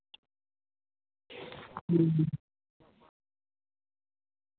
ᱦᱩᱸ ᱦᱩᱸ